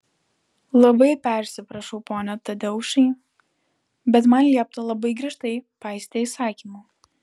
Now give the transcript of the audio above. labai persiprašau pone tadeušai bet man liepta labai griežtai paisyti įsakymų